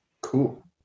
cool